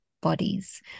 bodies